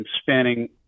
spanning